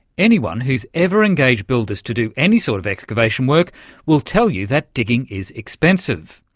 anyone who's ever engaged builders to do any sort of excavation work will tell you that digging is expensive.